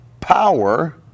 power